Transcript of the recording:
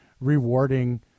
rewarding